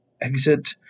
exit